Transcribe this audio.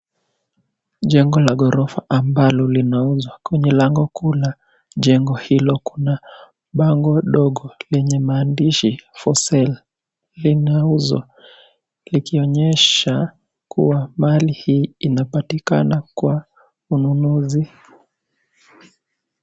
Jengo la ghorofa ambalo linauzwa. Kwenye lango kuu la jengo hilo kuna bango dogo lenye maandishi for sale . Linauzwa likionyesha kuwa mali hii inapatikana kwa ununuzi.